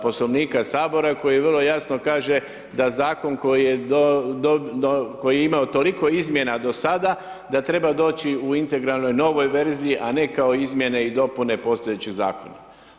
Poslovnika HS koji vrlo jasno kaže da Zakon koji je imao toliko izmjena do sada, da treba doći u integralnoj novoj verziji, a ne kao izmjene i dopune postojećeg Zakona.